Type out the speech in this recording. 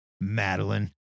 Madeline